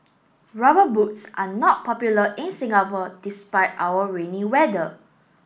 rubber boots are not popular in Singapore despite our rainy weather